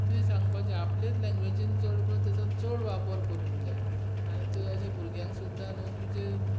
तुवें सांगपाचें आपल्याच लँग्वेजीन ताचो चड वापर करूंक जाय आनी जर भुरग्यांक सुद्दां न्हू तुजे